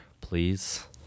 please